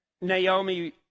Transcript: Naomi